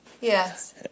Yes